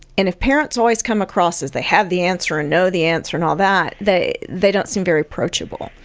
and if parents always come across as they have the answer and know the answer and all that, they they don't seem very approachable.